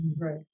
right